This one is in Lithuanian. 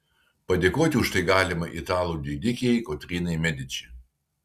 padėkoti už tai galime italų didikei kotrynai mediči